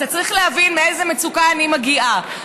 אתה צריך להבין מאיזו מצוקה אני מגיעה.